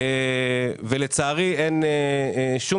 אין לזה, לצערי, שום